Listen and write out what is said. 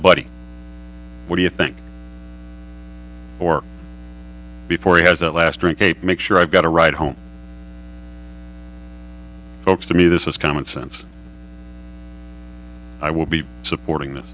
buddy what do you think or before he has that last ring tape make sure i've got a ride home folks to me this is commonsense i will be supporting this